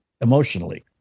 emotionally